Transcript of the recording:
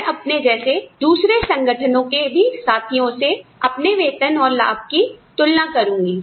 मैं अपने जैसे दूसरे संगठनों के भी साथियों से अपनी वेतन और लाभ की तुलना करूंगी